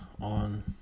on